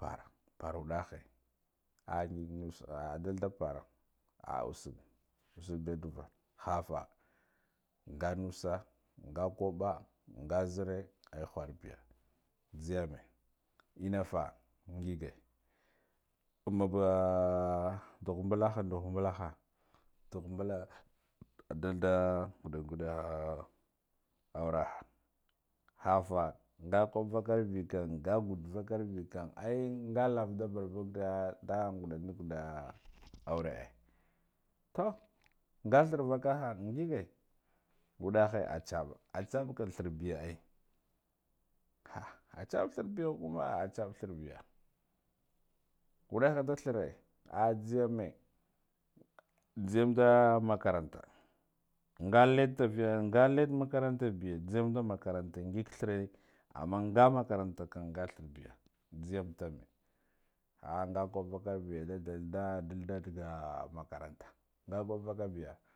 para par uɗahe ah ngig nus ah dalda para ah usig usigda duva hafa nga nusan nga koɓa nga zire eh wharbiya jhiyame inafa ngige amma boa dugbulah dughbulaha dughbula a dalda nguda nguda aura hafa nga koɓ vakarbikam nga gud vakarbi kam ai nga lav da barbuga da nguɗan da nguɗa aure ai to nga thir vakaha ngige wuɗahe a tsaɓa atsaɓ kan thirbi ai ah ah atsaɓ thirhikuma ah atsaɓ thirbiya wadahe da thire ahh jhiyeme jhiyem da makaranta na ga let tafiya nga let makarantabiy jhiyem da makaranta ngig thire aman n ga marakatan nga thirbiya jhiyem da me ah nga koɓa vakarbiya da da i daldiga makaranta ngaba baka biya